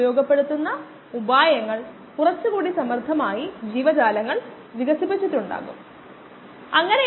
70 degree സെൽഷ്യസിൽ cell സാന്ദ്രത അതിന്റെ യഥാർത്ഥ മൂല്യത്തിന്റെ 20 ശതമാനമായി കുറയ്ക്കാൻ 5 മിനിറ്റ് എടുക്കും